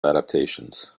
adaptations